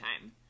time